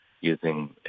using